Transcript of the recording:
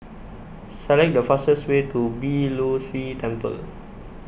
Select The fastest Way to Beeh Low See Temple